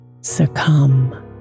succumb